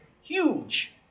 huge